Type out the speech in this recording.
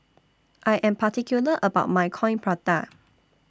I Am particular about My Coin Prata